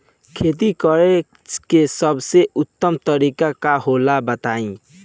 खेती करे के सबसे उत्तम तरीका का होला बताई?